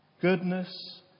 Goodness